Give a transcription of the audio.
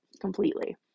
completely